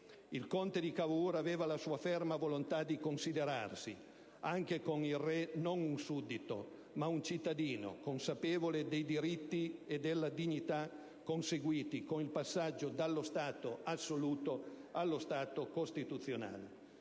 Il conte di Cavour aveva la sua ferma volontà di considerarsi, anche con il Re, non un suddito ma un cittadino, consapevole dei diritti e della dignità conseguiti con il passaggio dallo Stato assoluto allo Stato costituzionale.